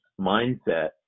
mindset